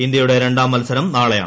ഇന്ത്യയുടെ രണ്ടാം മൽസരം നാളെയാണ്